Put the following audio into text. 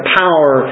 power